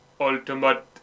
Ultimate